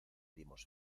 dimos